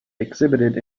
exhibited